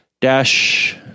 dash